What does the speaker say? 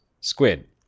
Squid